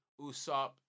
Usopp